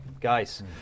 guys